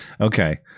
Okay